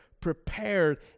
prepared